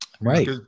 Right